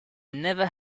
never